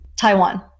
Taiwan